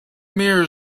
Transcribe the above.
mirror